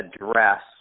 address